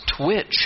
twitch